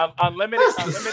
Unlimited